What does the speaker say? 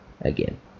again